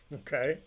okay